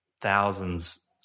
thousands